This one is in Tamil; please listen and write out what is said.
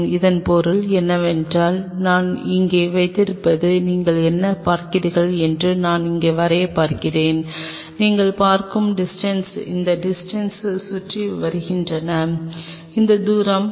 இதன் பொருள் என்னவென்றால் நான் அங்கு வைத்திருப்பதை நீங்கள் என்ன பார்க்கிறீர்கள் என்று நான் இங்கே வரைய பார்க்கிறேன் நீங்கள் பார்க்கும் டிஸ்டன்ஸ்ஸை இந்த டிஸ்டன்ஸ்டன் சுற்றி வருகிறேன் இந்த தூரம் இந்த I